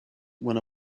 when